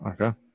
Okay